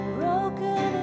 broken